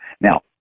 now